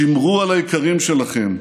שמרו על היקרים שלכם,